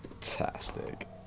fantastic